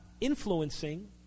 influencing